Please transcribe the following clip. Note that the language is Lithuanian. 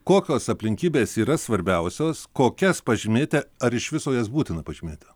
kokios aplinkybės yra svarbiausios kokias pažymėti ar iš viso jas būtina pažymėti